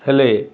ହେଲେ